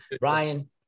Ryan